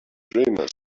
dreamer